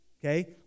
okay